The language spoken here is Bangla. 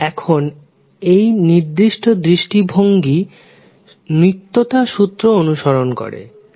এখনএই নির্দিষ্ট দৃষ্টিভঙ্গিটি নিত্যতা সূত্রটিকে অনুসরণ করবে